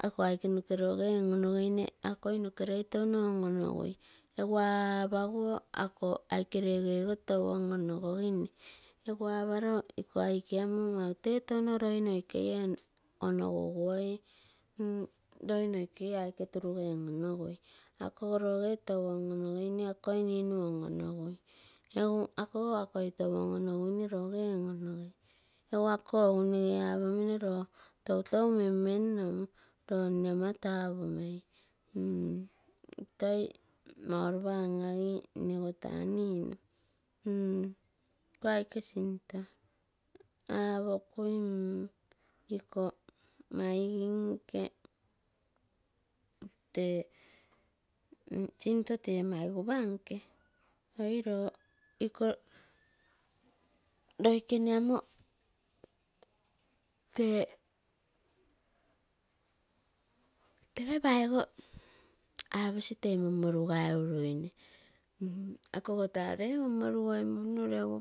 Ako aike noke roge on onogeine akoi nokelei touno on onogui, egu apaguo ako aike regego touno on onogogine. Egu apano iko aike kamo maute touno loi noikei ee ono gugui loik noikei ee aikee ruruge, akogo roge tou onogeine akoi ninu on, onogui. Ako goi aiko tou onogeine akoi touno on onogai. Apomino loo toutoi mem mennom lo ane ama tapumei. Iko aike sinto apokui iko maigim nke tee sinto tee maigupanke oiro ikoo sinto tee mai gapanke. Loikene amo tee tege paigo aposi tee mom morugai guneine. Akogo taa lee mon morugoi muinu regu